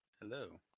Hello